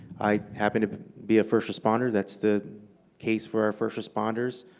i happen to be a first responder. that's the case for our first responders.